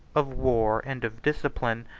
of war, and of discipline,